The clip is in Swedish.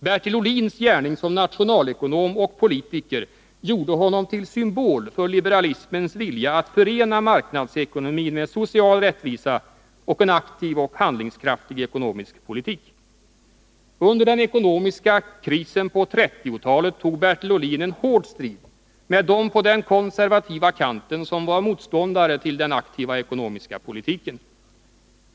Bertil Ohlins gärning som nationalekonom och politiker gjorde honom till symbol för liberalismens vilja att förena marknadsekonomin med social rättvisa och en aktiv och handlingskraftig ekonomisk politik. Under den ekonomiska krisen på 1930-talet tog Bertil Ohlin en hård strid med dem på den konservativa kanten som var motståndare till den aktiva ekonomiska politiken.